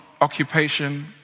occupation